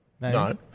No